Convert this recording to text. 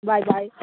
bye bye